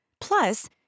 Plus